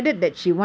ya